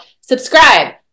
Subscribe